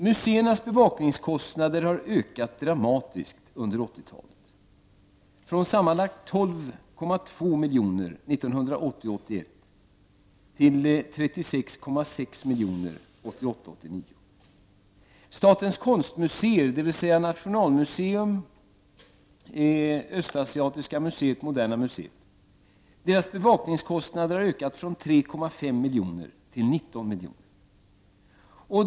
Museernas bevakningskostnader har under 1980-talet ökat dramatiskt, från sammanlagt 12,2 milj.kr. år 1980 89. Statens konstmuseer, dvs. Nationalmuseum, Östasiatiska museet och Moderna museet, har fått sina bevakningskostnader ökade från 3,5 milj.kr. till 19 milj.kr.